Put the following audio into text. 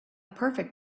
perfect